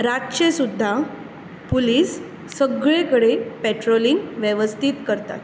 रातचे सुद्दां पुलीस सगळे कडेन पेट्रोलिंग वेवस्थीत करतात